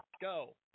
Go